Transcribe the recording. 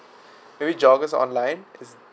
maybe joggers online is